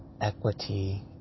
equity